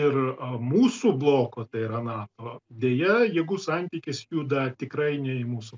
ir mūsų bloko tai yra nato deja jėgų santykis juda tikrai ne į mūsų